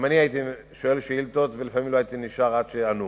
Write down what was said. גם אני הייתי שואל שאילתות ולפעמים לא הייתי נשאר עד שיענו.